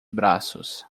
braços